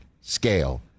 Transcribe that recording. scale